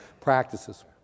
practices